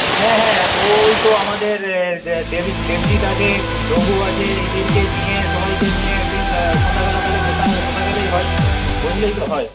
হ্যাঁ হ্যাঁ ওই তো আমাদের দেব দেবজিৎ আছে রঘু আছে এদেরকে নিয়ে সবাইকে নিয়ে একদিন সন্ধ্যাবেলা তাহলে বসা বসা গেলেই হয় বসলেই তো হয়